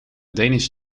danish